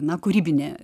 na kūrybinė